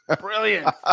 Brilliant